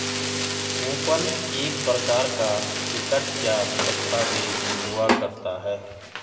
coupon एक प्रकार का टिकट या दस्ताबेज हुआ करता है